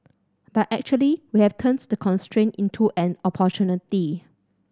but actually we have turned the constraint into an opportunity